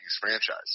franchise